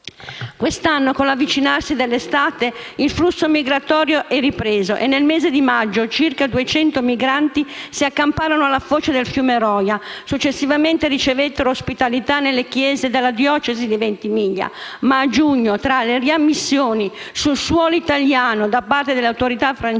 Quest'anno, con l'avvicinarsi dell'estate, il flusso migratorio è ripreso e, nel mese di maggio, circa duecento migranti si accamparono alla foce del fiume Roja, successivamente ricevettero ospitalità nelle chiese della diocesi di Ventimiglia, ma a giugno, tra le riammissioni sul suolo italiano da parte delle autorità francesi,